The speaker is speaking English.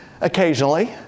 Occasionally